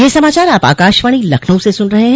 ब्रे क यह समाचार आप आकाशवाणी लखनऊ से सुन रहे हैं